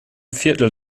viertel